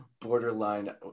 borderline